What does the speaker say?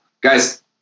Guys